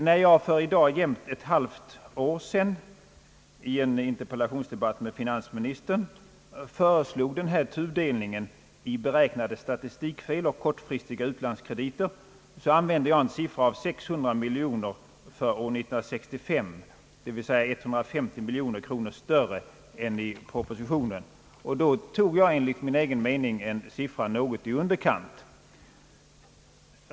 När jag för i dag jämnt ett halvt år sedan i en interpellationsdebatt med finansministern föreslog den här tudelningen i beräknade statistikfel och kortfristiga utlandskrediter, använde jag en siffra av 600 miljoner kronor för år 1965, d. v. s. 150 miljoner kronor större än i propositionen, och då tog jag enligt min egen mening en siffra något i underkant.